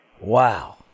wow